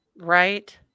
Right